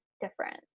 different